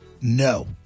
No